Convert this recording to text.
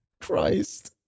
Christ